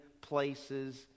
places